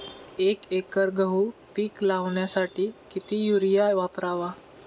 एक एकर गहू पीक लावण्यासाठी किती युरिया वापरावा?